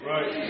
Right